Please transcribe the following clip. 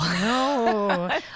No